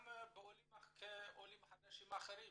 גם בקרב עולים חדשים אחרים